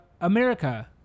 America